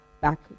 back